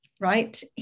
right